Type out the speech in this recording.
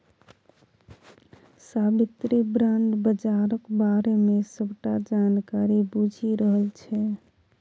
साबित्री bond बजारक बारे मे सबटा जानकारी बुझि रहल छै